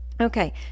Okay